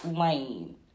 lane